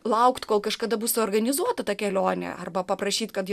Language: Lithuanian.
laukt kol kažkada bus suorganizuota ta kelionė arba paprašyt kad ji